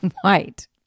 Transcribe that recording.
white